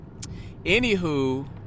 Anywho